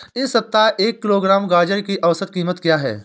इस सप्ताह एक किलोग्राम गाजर की औसत कीमत क्या है?